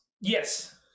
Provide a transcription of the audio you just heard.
Yes